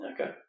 Okay